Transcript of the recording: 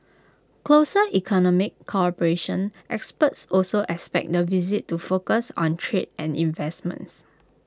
closer economic cooperation experts also expect the visit to focus on trade and investments